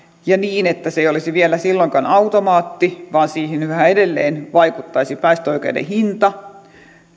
ja niin että se ei olisi vielä silloinkaan automaatti vaan siihen yhä edelleen vaikuttaisi päästöoikeuden hinta